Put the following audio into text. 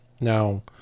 now